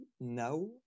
now